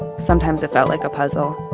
sometimes it felt like a puzzle.